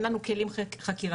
אין לנו כלים חקירתיים,